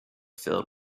filled